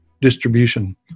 distribution